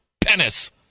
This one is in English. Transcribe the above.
penis